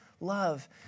love